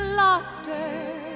laughter